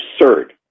absurd